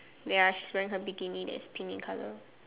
ya she's wearing her bikini that's pink in colour